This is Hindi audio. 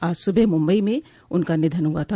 आज सुबह मुंबई में उनका निधन हुआ था